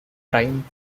prime